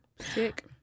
Sick